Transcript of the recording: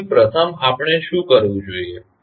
તેથી પ્રથમ આપણે શું કરવું જોઈએ